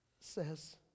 says